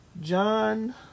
John